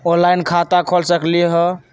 Online खाता खोल सकलीह?